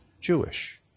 Jewish